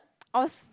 I was